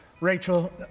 Rachel